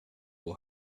will